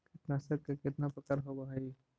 कीटनाशक के कितना प्रकार होव हइ?